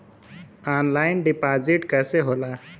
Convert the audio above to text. Online deposit कैसे होला?